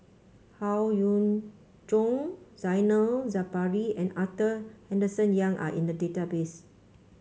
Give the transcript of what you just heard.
Howe Yoon Chong Zainal Sapari and Arthur Henderson Young are in the database